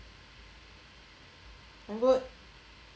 I'm good